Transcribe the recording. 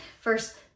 first